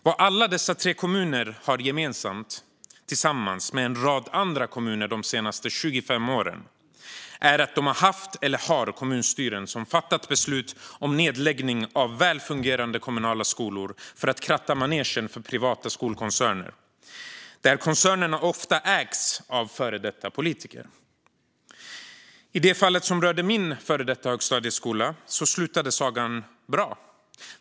Vad alla dessa tre kommuner har gemensamt, tillsammans med en rad andra kommuner de senaste 25 åren, är att de haft eller har kommunstyren som har fattat beslut om nedläggning av välfungerande kommunala skolor för att kratta manegen för privata skolkoncerner - som ofta ägs av före detta politiker. I fallet som rörde min före detta högstadieskola slutade sagan bra.